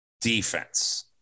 defense